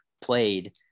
played